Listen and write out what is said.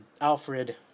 alfred